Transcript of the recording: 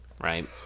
Right